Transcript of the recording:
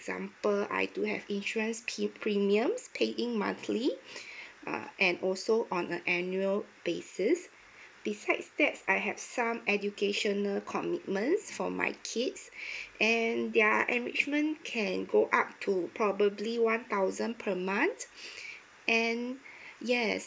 example I do have insurance P premiums paying monthly uh and also on a annual basis besides that I have some educational commitments for my kids and they are enrichment can go up to probably one thousand per month and yes